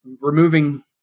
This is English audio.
removing